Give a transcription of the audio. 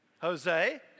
Jose